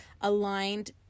aligned